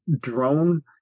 drone